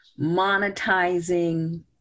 monetizing